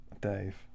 Dave